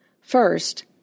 First